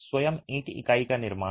स्वयं ईंट इकाई का निर्माण